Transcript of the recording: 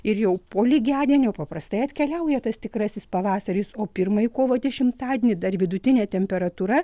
ir jau po lygiadienio paprastai atkeliauja tas tikrasis pavasaris o pirmąjį kovo dešimtadienį dar vidutinė temperatūra